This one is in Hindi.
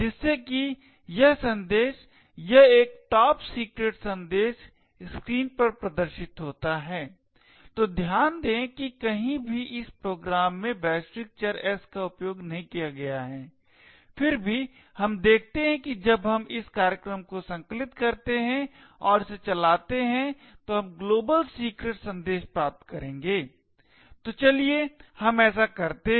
जिससे कि यह संदेश यह एक top secret संदेश स्क्रीन पर प्रदर्शित होता है तो ध्यान दें कि कहीं भी इस प्रोग्राम में वैश्विक चर s का उपयोग नहीं किया गया है फिर भी हम देखते हैं कि जब हम इस कार्यक्रम को संकलित करते हैं और इसे चलाते हैं तो हम global secret संदेश प्राप्त करेंगे तो चलिए हम ऐसा करते हैं